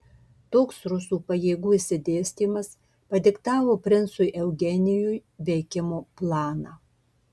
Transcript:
toks rusų pajėgų išsidėstymas padiktavo princui eugenijui veikimo planą